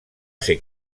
ser